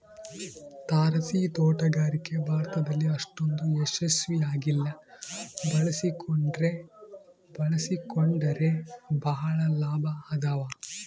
ತಾರಸಿತೋಟಗಾರಿಕೆ ಭಾರತದಲ್ಲಿ ಅಷ್ಟೊಂದು ಯಶಸ್ವಿ ಆಗಿಲ್ಲ ಬಳಸಿಕೊಂಡ್ರೆ ಬಳಸಿಕೊಂಡರೆ ಬಹಳ ಲಾಭ ಅದಾವ